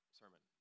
sermon